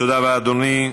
תודה רבה, אדוני.